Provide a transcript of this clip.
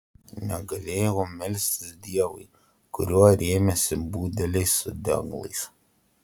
negalėjau melstis dievui kuriuo rėmėsi budeliai su deglais